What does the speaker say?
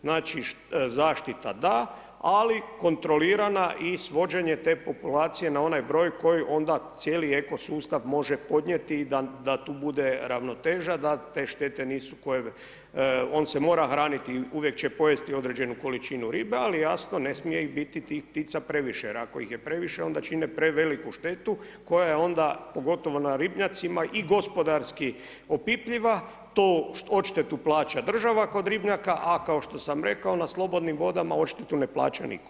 Znači zaštita da, ali kontrolirana i s vođenjem te populacije na onaj broj koji onda cijeli ekosustav može podnijeti da tu bude ravnoteža, da te štete nisu ... on se mora hraniti, uvijek će pojesti određeni količinu ribe ali jasno, ne smije biti tih ptica previše jer ako ih je previše onda čine preveliku štetu koja je onda pogotovo na ribnjacima i gospodarski opipljiva, tu odštetu plaća država kod ribnjaka a kao što sam rekao, na slobodnim vodama odštetu ne plaća nitko.